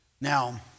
Now